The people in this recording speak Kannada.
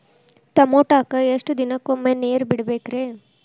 ಟಮೋಟಾಕ ಎಷ್ಟು ದಿನಕ್ಕೊಮ್ಮೆ ನೇರ ಬಿಡಬೇಕ್ರೇ?